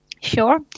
Sure